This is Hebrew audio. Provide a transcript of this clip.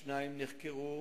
השניים נחקרו